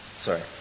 sorry